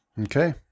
Okay